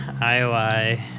IOI